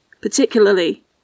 particularly